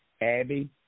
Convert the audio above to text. Abby